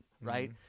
right